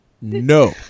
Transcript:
No